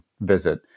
visit